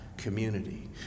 Community